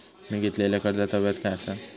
मी घेतलाल्या कर्जाचा व्याज काय आसा?